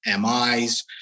MIs